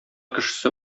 кешесе